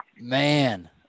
Man